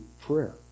prayer